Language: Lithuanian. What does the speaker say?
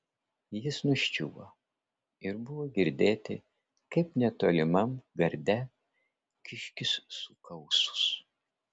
jis nuščiuvo ir buvo girdėti kaip netolimam garde kiškis suka ūsus